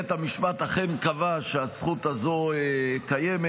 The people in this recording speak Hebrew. בית המשפט אכן קבע שהזכות הזו קיימת,